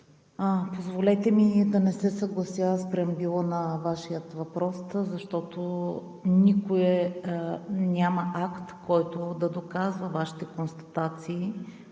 Позволете ми да не се съглася с преамбюла на Вашия въпрос, защото няма акт, който да доказва Вашите констатации